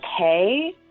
okay